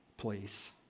please